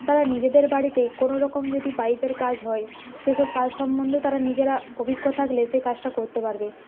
তারা নিজেদের বাড়িতে কোনো রকম যদি পাইপের কাজ হয় সে সব কাজ সম্বন্ধ তারা নিজেরা অভিজ্ঞ থাকলে সে কাজটা করতে পারবে